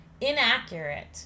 inaccurate